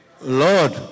Lord